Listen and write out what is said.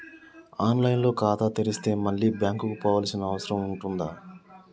On line లో ఖాతా తెరిస్తే మళ్ళీ బ్యాంకుకు పోవాల్సిన అవసరం ఉంటుందా?